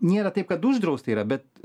nėra taip kad uždrausta yra bet